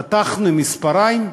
חתכנו עם מספריים,